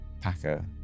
Packer